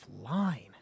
line